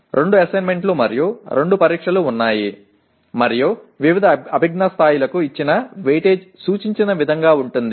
రెండు అసైన్మెంట్లు మరియు రెండు పరీక్షలు ఉన్నాయి మరియు వివిధ అభిజ్ఞా స్థాయిలకు ఇచ్చిన వెయిటేజ్ సూచించిన విధంగా ఉంటుంది